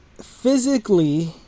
physically